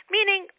Meaning